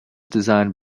designed